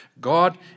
God